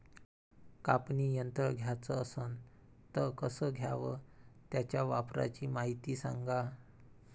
कापनी यंत्र घ्याचं असन त कस घ्याव? त्याच्या वापराची मायती सांगा